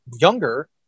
younger